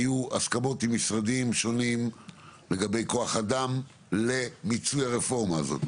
היו הסכמות עם משרדים שונים לגבי כוח-אדם למיצוי הרפורמה הזאת,